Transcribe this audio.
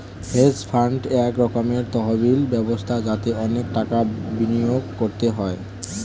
hedge fund এক রকমের তহবিল ব্যবস্থা যাতে অনেক টাকা বিনিয়োগ করতে হয়